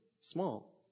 small